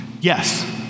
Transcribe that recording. Yes